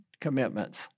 commitments